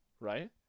right